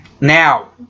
Now